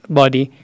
body